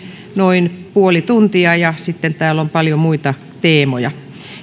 noin puoli tuntia ja sitten täällä on paljon muita teemoja